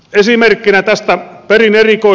esimerkkinä tästä pelin rikkoi